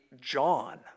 John